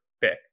pick